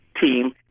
team